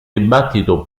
dibattito